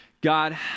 God